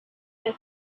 they